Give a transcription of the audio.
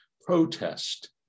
protest